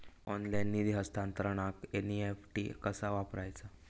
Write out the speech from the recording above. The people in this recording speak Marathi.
ऑनलाइन निधी हस्तांतरणाक एन.ई.एफ.टी कसा वापरायचा?